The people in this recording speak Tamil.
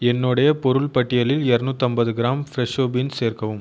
என்னுடைய பொருள் பட்டியலில் இரநூற்றம்பது கிராம் ஃப்ரெஷோ பீன்ஸ் சேர்க்கவும்